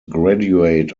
graduate